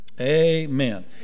Amen